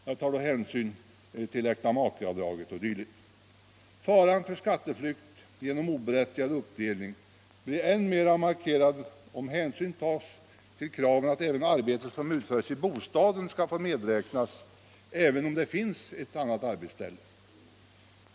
Jag tar då hänsyn till äktamakeavdraget och liknande. Faran för skatteflykt genom oberättigad uppdelning blir än mer markerad om hänsyn tas även till kravet att också arbete som utförs i bostaden skall få medräknas, även om det finns ett fast arbetsställe.